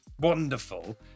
wonderful